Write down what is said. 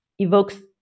evokes